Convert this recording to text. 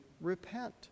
repent